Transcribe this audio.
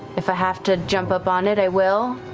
if i have to jump up on it, i will.